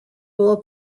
bowl